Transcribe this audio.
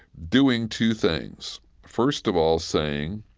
doing two things first of all, saying,